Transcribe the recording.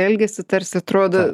elgesį tarsi atrodo